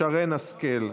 שרן השכל.